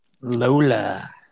Lola